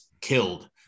killed